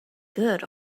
good